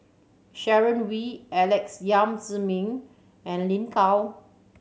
Sharon Wee Alex Yam Ziming and Lin Gao